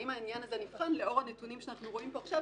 האם העניין הזה נבחן לאור הנתונים שאנחנו רואים פה עכשיו,